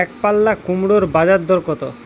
একপাল্লা কুমড়োর বাজার দর কত?